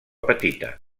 petita